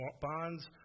bonds